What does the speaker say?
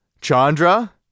Chandra